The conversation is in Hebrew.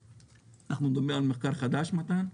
אנחנו נדבר על מחקר חדש, מתן?